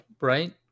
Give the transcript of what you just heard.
right